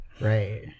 right